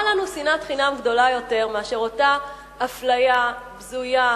מה לנו שנאת חינם גדולה יותר מאשר אותה אפליה בזויה,